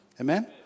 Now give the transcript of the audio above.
Amen